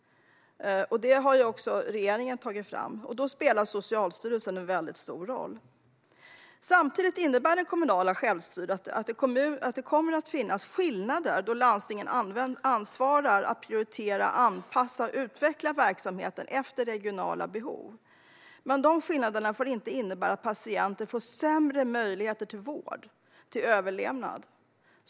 Detta har också regeringen lagt fram. Här spelar Socialstyrelsen en stor roll. Samtidigt innebär det kommunala självstyret att det kommer att finnas skillnader eftersom landstingen har ansvaret att prioritera, anpassa och utveckla verksamheten efter regionala behov. Men dessa skillnader får inte innebära att patienter får sämre möjlighet till vård och överlevnad.